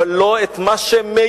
אבל לא את מה שמיותר,